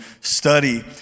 study